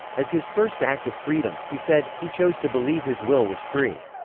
as his first act of freedom, he said, he chose to believe his will was free.